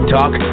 Talk